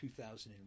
2001